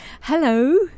Hello